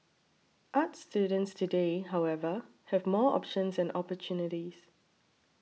arts students today however have more options and opportunities